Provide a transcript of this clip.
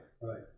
right